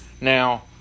Now